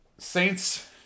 Saints